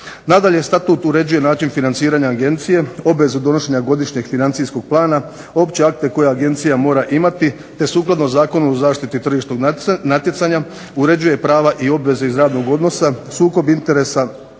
Nadalje, Statut uređuje način financiranja Agencije, obvezu donošenja godišnjeg financijskog plana, opće akte koje Agencija mora imati, te sukladno zakonu o zaštiti od tržišnog natjecanja uređuje prava i odnose iz radnog odnosa, sukob interesa